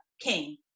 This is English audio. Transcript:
king